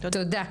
תודה.